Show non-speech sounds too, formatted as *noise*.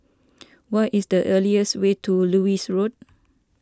*noise* what is the easiest way to Lewis Road